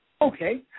Okay